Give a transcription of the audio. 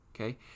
okay